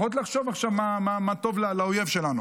פחות לחשוב עכשיו מה טוב לאויב שלנו,